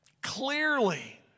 clearly